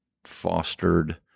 fostered